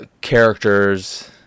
characters